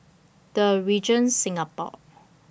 The Regent Singapore